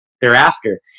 Thereafter